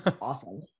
awesome